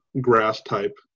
grass-type